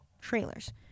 trailers